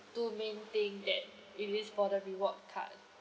two main thing that it is for the reward card